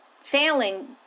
failing